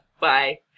Bye